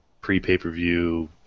pre-pay-per-view